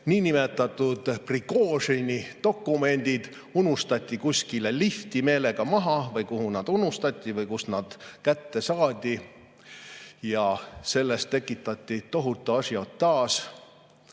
niinimetatud Prigožini dokumendid unustati kuskile lifti meelega maha või kuhu nad unustati või kust nad kätte saadi. Ja sellest tekitati tohutu ažiotaaž,